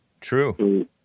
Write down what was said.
True